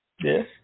Yes